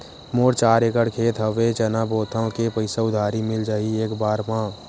मोर चार एकड़ खेत हवे चना बोथव के पईसा उधारी मिल जाही एक बार मा?